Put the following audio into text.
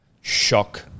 Shock